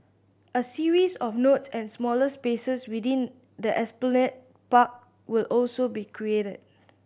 a series of nodes and smaller spaces within the Esplanade Park will also be created